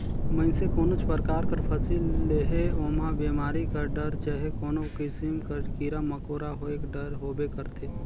मइनसे कोनोच परकार कर फसिल लेहे ओम्हां बेमारी कर डर चहे कोनो किसिम कर कीरा मकोरा होएक डर होबे करथे